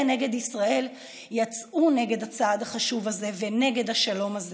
נגד ישראל יצאו נגד הצעד החשוב הזה ונגד השלום הזה